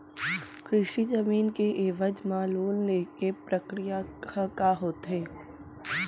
कृषि जमीन के एवज म लोन ले के प्रक्रिया ह का होथे?